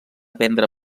prendre